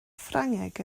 ffrangeg